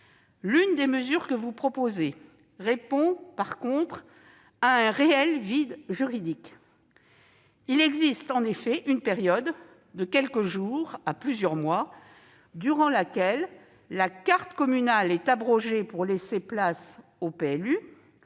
L'une des mesures que vous proposez répond, en revanche, à un réel vide juridique. Il existe en effet une période, de quelques jours à plusieurs mois, durant laquelle la carte communale est abrogée pour laisser place au PLU,